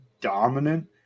Dominant